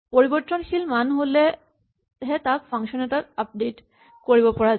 পৰিবৰ্তশীল মান হ'লেহে তাক ফাংচন এটাত আপডেট কৰিব পৰা যায়